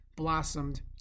Blossomed